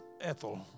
Ethel